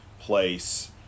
place